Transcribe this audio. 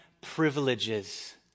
privileges